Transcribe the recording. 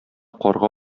карга